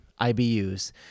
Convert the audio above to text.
IBUs